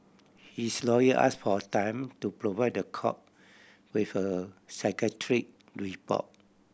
his lawyer asked for time to provide the court with a psychiatric report